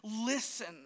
listen